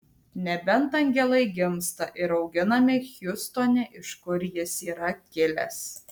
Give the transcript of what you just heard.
nebent angelai gimsta ir auginami hjustone iš kur jis yra kilęs